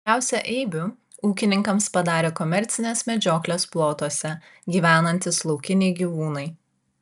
daugiausiai eibių ūkininkams padarė komercinės medžioklės plotuose gyvenantys laukiniai gyvūnai